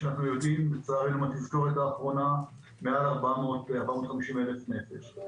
כשאנחנו יודעים מהתזכורת האחרונה לצערנו מעל 450,000 נפש.